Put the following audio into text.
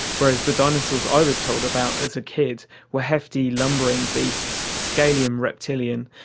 whereas the dinosaurs i was told about as a kid were hefty, lumbering beasts, scaly and reptilian,